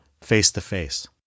face-to-face